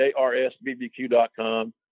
JRSBBQ.com